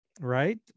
right